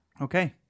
Okay